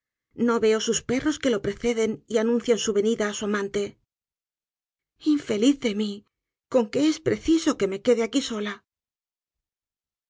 no veo sus perros que lo preceden y anuncian su venida á su amante infeliz de mi con que es preciso que me quede aqui sola